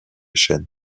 chêne